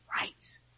right